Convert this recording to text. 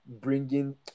bringing